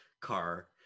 car